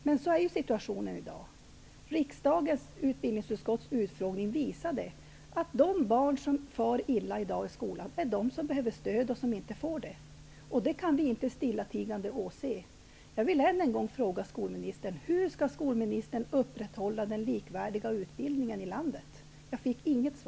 Men så är situationen i dag. Riksdagens utbildningsutskotts utfrågning visade att de barn som far illa i skolan i dag är de som behöver stöd men inte får det. Det kan vi inte stillatigande åse.